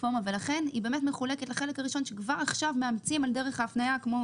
הצרכן ולכל הדברים האלה אנחנו מצפים וגם דורשים שיינתן